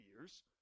years